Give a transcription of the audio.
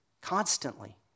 constantly